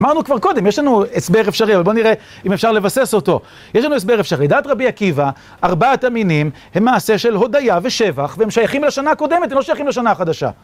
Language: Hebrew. אמרנו כבר קודם, יש לנו הסיר אפשרי, אבל בואו נראה אם אפשר לבסס אותו. יש לנו הסבר אפשרי. דעת רבי עקיבא, ארבעת המינים הם מעשה של הודיה ושבח, והם שייכים לשנה הקודמת, הם לא שייכים לשנה החדשה.